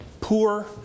poor